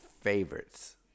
favorites